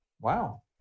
Wow